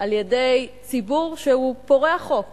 על-ידי ציבור שהוא פורע חוק